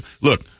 Look